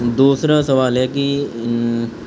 دوسرا سوال ہے کہ